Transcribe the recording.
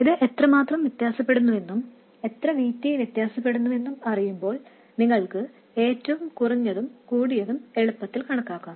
ഇത് എത്രമാത്രം വ്യത്യാസപ്പെടുന്നുവെന്നും എത്ര VT വ്യത്യാസപ്പെടുന്നുവെന്നും അറിയുമ്പോൾ നിങ്ങൾക്ക് ഏറ്റവും കുറഞ്ഞതും കൂടിയതും എളുപ്പത്തിൽ കണക്കാക്കാം